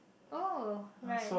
oh right